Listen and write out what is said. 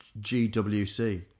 GWC